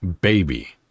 Baby